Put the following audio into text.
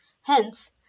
Hence